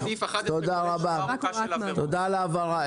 תודה על ההבהרה.